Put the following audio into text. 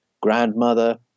grandmother